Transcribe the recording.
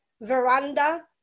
Veranda